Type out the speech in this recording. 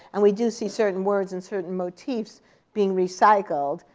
and we do see certain words and certain motifs being recycled.